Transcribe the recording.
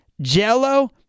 Jello